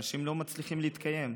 אנשים לא מצליחים להתקיים.